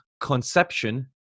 conception